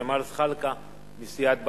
הדובר הבא, חבר הכנסת ג'מאל זחאלקה מסיעת בל"ד.